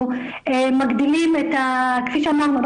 כפי שאמרנו,